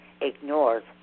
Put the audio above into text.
ignores